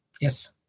Yes